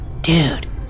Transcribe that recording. Dude